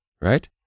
right